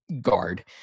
guard